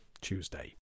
Tuesday